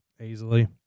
Easily